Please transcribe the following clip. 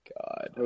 God